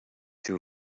too